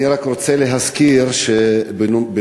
אני רק רוצה להזכיר, בנוסף,